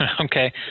Okay